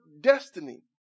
destiny